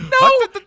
No